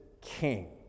king